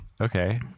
okay